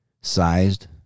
sized